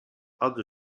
other